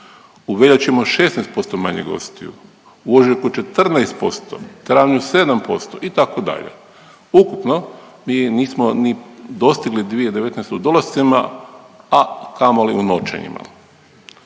u veljači imamo 16% manje gostiju, u ožujku 14%, u travnju 7% itd., ukupno mi nismo ni dostigli 2019. u dolascima, a kamoli u noćenjima,